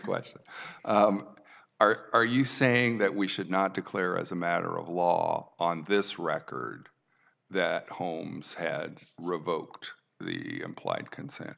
question are are you saying that we should not declare as a matter of law on this record that holmes